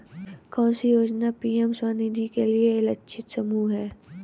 कौन सी योजना पी.एम स्वानिधि के लिए लक्षित समूह है?